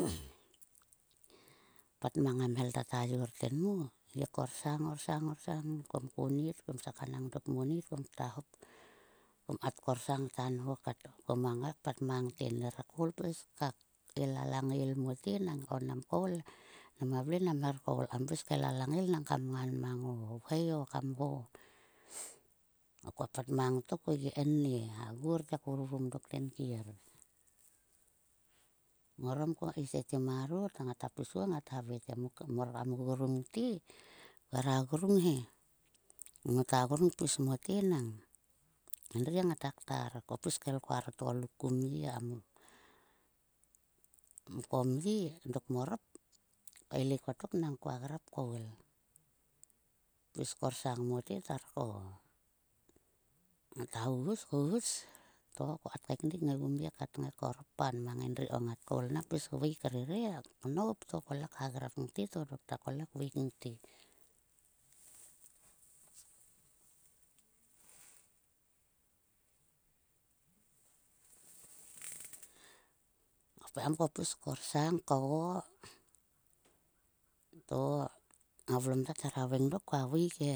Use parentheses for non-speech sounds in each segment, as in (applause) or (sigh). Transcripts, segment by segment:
(hesitation) pat mang a mhel ta ta yor tenmo kgi korsang orsang kam konit, kom sia sia khanang dok kmonit kam kta hop kom kat korsang kta nho kat. Kom kta ngai kpat mang te. Ner koul kail a langail mote enang ko nam koul. Nama vle nam her koul kam el a langail nang ka mngan mang o vhoi o kam go. Koa pat mang tok ko gia kennei he a gor te kvurvrum dok tenkier. Ngorom keis tete marot ngata pis kuon ngata havei te morkam gugrung te. Khera grung he, ngota grung pis mote nang, endri ngata ktar. Ko pis kael koaro tgoluk kum ye kam. Mko mye dok kmorop, kaelik kotok nang koa grap koul. Pis korsang mote, koa terko. Ngata huhus to ko kat kainik ngaigu mye kat kngai korop. Kpaal mang endri na ko ngat pis veik krere knop to kle grap ngte to dokta kole kveik ngte. Ko pekam ko pis korsang kgo to a vlom ta thera veng dok koa veik he.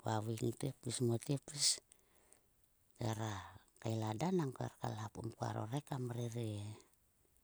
Koa veik ngte pis mote pis thera kael eda nang ko kaelha pum koaro rhek kam rere.